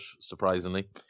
surprisingly